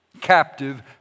captive